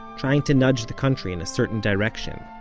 trying to nudge the country in a certain direction